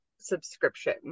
subscription